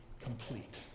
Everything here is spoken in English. complete